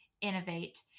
innovate